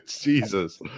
Jesus